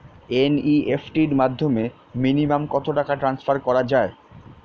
NEFT র মাধ্যমে minimum কত টাকা টান্সফার করা যায়?